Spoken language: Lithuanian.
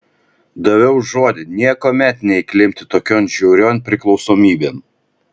daviau žodį niekuomet neįklimpti tokion žiaurion priklausomybėn